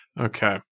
Okay